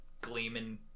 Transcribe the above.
gleaming